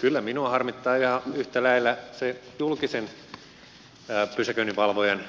kyllä minua harmittaa ihan yhtä lailla se julkisen pysäköinninvalvojan